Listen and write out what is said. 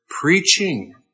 preaching